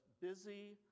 busy